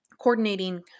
coordinating